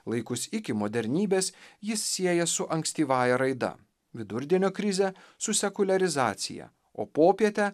laikus iki modernybės jis sieja su ankstyvąja raida vidurdienio krizę su sekuliarizacija o popietę